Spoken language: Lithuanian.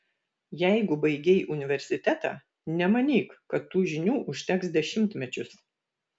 jeigu baigei universitetą nemanyk kad tų žinių užteks dešimtmečius